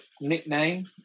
nickname